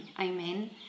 Amen